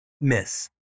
miss